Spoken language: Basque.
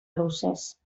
luzez